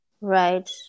right